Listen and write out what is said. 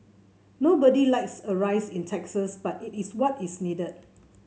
nobody likes a rise in taxes but it is what is needed